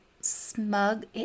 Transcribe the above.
smug